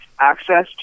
access